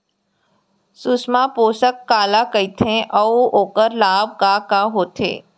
सुषमा पोसक काला कइथे अऊ ओखर लाभ का का होथे?